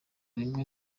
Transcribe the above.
rimwe